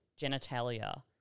genitalia